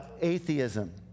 atheism